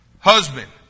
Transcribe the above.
Husband